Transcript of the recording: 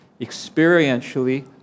experientially